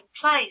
place